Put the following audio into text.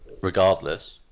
regardless